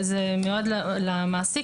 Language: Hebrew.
זה מיועד למעסיק.